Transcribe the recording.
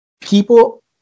people